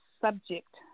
subject